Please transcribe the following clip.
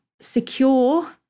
secure